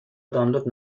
دانلود